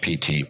PT